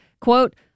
quote